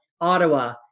Ottawa